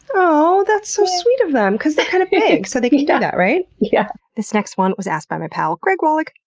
oh, that's so sweet of them they're kind of big, so they can do that, right? yeah. this next one was asked by my pal, greg walloch,